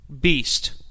beast